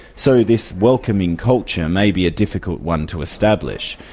so this welcoming culture may be a difficult one to establish.